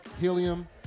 Helium